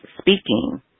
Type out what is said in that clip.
speaking